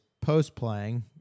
post-playing